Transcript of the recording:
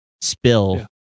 spill